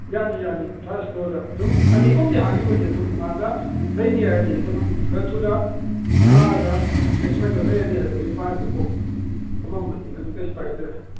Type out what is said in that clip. ꯌꯥꯅꯤ ꯌꯥꯅꯤ ꯐꯥꯔꯁ ꯐ꯭ꯂꯣꯔꯗ ꯑꯗꯨꯝ ꯑꯅꯤ ꯒꯨꯝꯕꯗꯤ ꯍꯥꯡꯉꯤꯕꯅꯤ ꯑꯗꯨꯝ ꯃꯥꯅ ꯂꯩꯅꯤ ꯍꯥꯏꯔꯗꯤ ꯑꯗꯨꯝ ꯈꯔ ꯊꯨꯅ ꯂꯥꯛꯑꯒ ꯑꯦ ꯁꯨꯃꯥꯏꯅ ꯇꯧꯔ ꯂꯩꯔꯅꯤ ꯍꯥꯏꯕꯒꯤ ꯑꯦꯗꯚꯥꯟꯁꯇꯣ ꯀꯣꯛ ꯊꯝꯃꯝꯃꯗꯤ ꯑꯗꯨꯝ ꯀꯩꯁꯨ ꯀꯥꯏꯗꯦ